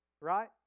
right